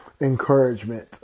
encouragement